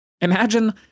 Imagine